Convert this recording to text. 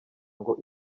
ngo